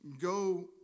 go